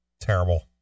Terrible